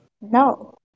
No